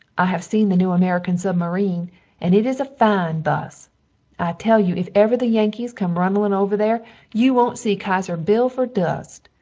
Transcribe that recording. i have seen the new american submareen and it is a fine bus, i tell you if ever the yankees come runnln over there you wont see kaiser bill fer dust.